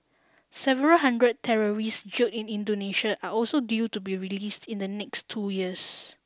several hundred terrorists jailed in Indonesia are also due to be released in the next two years